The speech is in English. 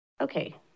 Okay